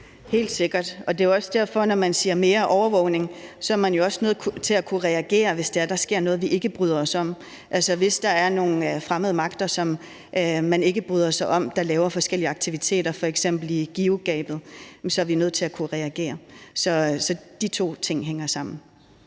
sikkert, og det er jo også derfor, at når man siger mere overvågning, er man også nødt til at kunne reagere, hvis der sker noget, vi ikke bryder os om. Altså, hvis der er nogle fremmede magter, som man ikke bryder sig om, der laver forskellige aktiviteter, f.eks. i GIUK-gabet, så er man nødt til at kunne reagere. Så de to ting hænger sammen.